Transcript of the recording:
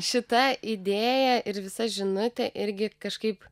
šita idėja ir visa žinutė irgi kažkaip